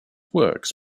works